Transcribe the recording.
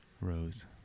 Rose